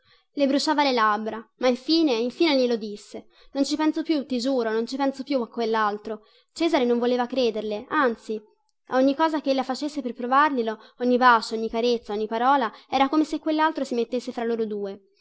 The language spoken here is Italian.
le bruciava le labbra ma infine infine glielo disse non ci penso più ti giuro non ci penso più a quellaltro cesare non voleva crederle anzi a ogni cosa che ella facesse per provarglielo ogni bacio ogni carezza ogni parola era come se quellaltro si mettesse fra loro due